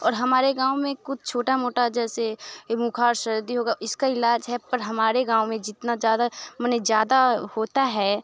और हमारे गाँव में कुछ छोटा मोटा जैसे ये बेख़ार सर्दी होगा इसका इलाज है पर हमारे गाँव में जितना ज़्यादा मने ज़्यादा होता है